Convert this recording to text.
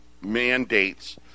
mandates